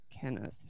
Kenneth